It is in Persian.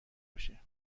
باشه